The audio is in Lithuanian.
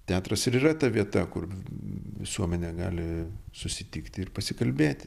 teatras ir yra ta vieta kur visuomenė gali susitikti ir pasikalbėti